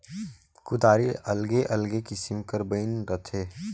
कुदारी अलगे अलगे किसिम कर बइन रहथे